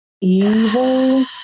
Evil